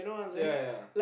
ya ya ya